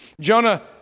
Jonah